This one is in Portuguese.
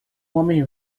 homem